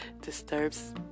disturbs